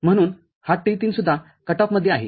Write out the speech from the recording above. म्हणूनहा T3सुद्धा cut off मध्ये आहे